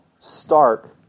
Stark